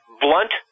blunt